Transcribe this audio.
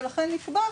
ולכן נקבע,